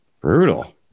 brutal